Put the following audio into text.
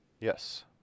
Yes